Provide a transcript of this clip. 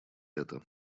это